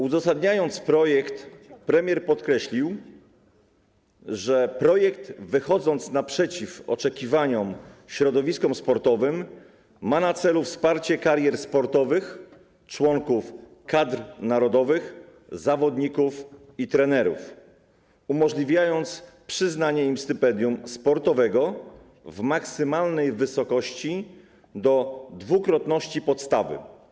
Uzasadniając projekt, premier podkreślił, że wychodzi on naprzeciw oczekiwaniom środowisk sportowych i ma na celu wsparcie karier sportowych członków kadr narodowych, zawodników i trenerów poprzez umożliwienie przyznawania im stypendium sportowego w maksymalnej wysokości do dwukrotności podstawy.